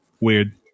Weird